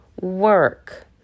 work